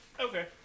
Okay